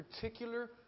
particular